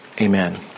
Amen